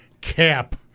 cap